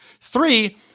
Three